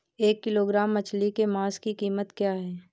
एक किलोग्राम मछली के मांस की कीमत क्या है?